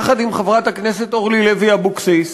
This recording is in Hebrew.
יחד עם חברת הכנסת אורלי לוי אבקסיס,